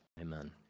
Amen